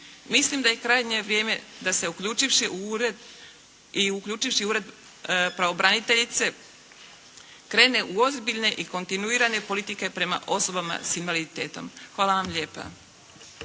Mislim da je krajnje vrijeme da se uključivši u ured i uključivši u Ured pravobraniteljice krene u ozbiljne i kontinuirane politike prema osobama s invaliditetom. Hvala vam lijepa.